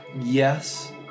Yes